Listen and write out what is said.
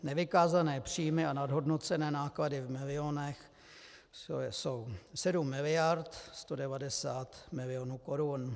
Nevykázané příjmy a nadhodnocené náklady v milionech jsou 7 miliard 190 milionů korun.